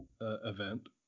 event